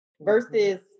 versus